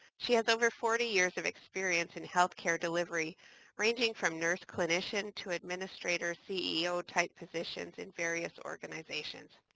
she has over forty years of experience in healthcare delivery ranging from nurse clinician to administrator ceo-type positions in various organizations.